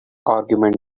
argument